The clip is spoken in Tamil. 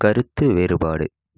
கருத்து வேறுபாடு